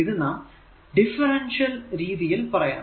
ഇത് നാം ഡിഫറെൻഷ്യൽ രീതിയിൽ പറയാം